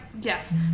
yes